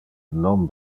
non